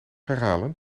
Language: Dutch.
herhalen